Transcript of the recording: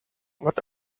what